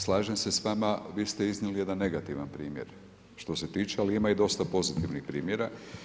Slažem se sa vama, vi ste iznijeli jedan negativan primjer što se tiče, ali ima i dosta pozitivnih primjera.